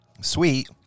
Sweet